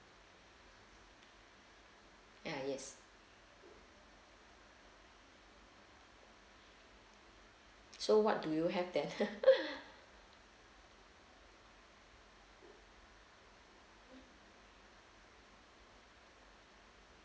ya yes so what do you have then